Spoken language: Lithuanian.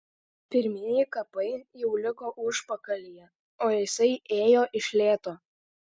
pirmieji kapai jau liko užpakalyje o jisai ėjo iš lėto